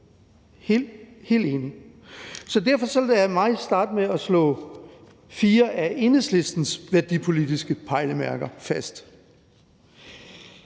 Helt enig. Så lad mig derfor starte med at slå fire af Enhedslistens værdipolitiske pejlemærker fast.